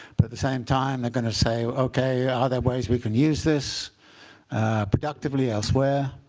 but at the same time, they're going to say, ok, are there ways we can use this productively elsewhere?